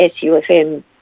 SUFM